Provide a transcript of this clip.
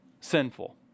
sinful